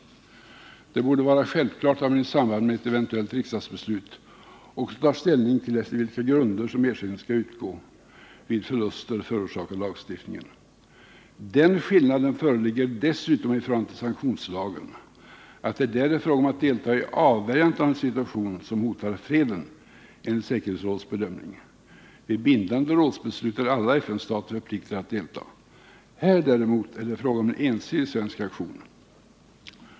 Det borde vara självklart att vi i samband med ett eventuellt riksdagsbeslut också tar ställning till efter vilka grunder ersättning skall utgå vid förluster förorsakade av lagstiftningen. Den skillnaden föreligger dessutom i förhållande till sanktionslagen, att det där är fråga om att delta i avvärjandet av en situation som enligt säkerhetsrådets bedömning hotar freden. Vid ett bindande rådsbeslut har alla FN-stater plikt att delta. Här är det däremot fråga om en ensidig svensk aktion.